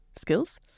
Skills